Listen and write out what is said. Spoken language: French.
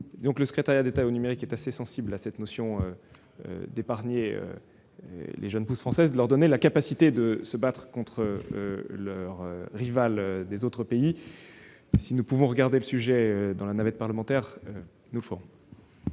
Le secrétariat d'État chargé du numérique est assez sensible à l'idée d'épargner les jeunes pousses françaises afin de leur donner les capacités de se battre contre leurs rivales des autres pays. Si nous pouvons examiner ce sujet au cours de la navette parlementaire, nous le ferons.